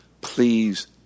please